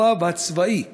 הרב הצבאי הראשי.